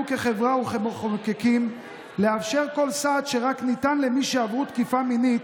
כחברה וכמחוקקים לאפשר כל סעד שרק ניתן למי שעברו תקיפה מינית,